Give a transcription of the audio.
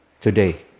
today